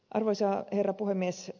arvoisa herra puhemies